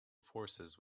forces